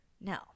No